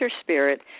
spirit